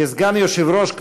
כסגן יושב-ראש,